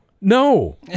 No